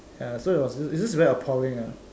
ya so it was it was just very appalling